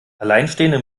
alleinstehende